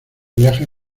viaje